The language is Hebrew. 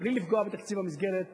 בלי לפגוע במסגרת התקציב,